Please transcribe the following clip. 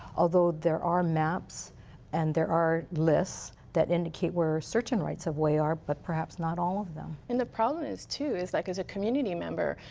although there are maps and there are lists that indicate where certain rights of way are. but perhaps not all of them. and the problem is too, like as a community member,